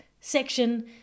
section